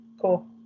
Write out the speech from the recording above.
cool